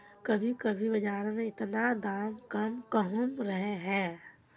कभी कभी बाजार में इतना दाम कम कहुम रहे है?